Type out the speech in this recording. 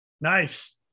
Nice